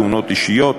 תאונות אישיות,